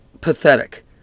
pathetic